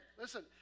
listen